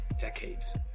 decades